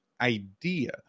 idea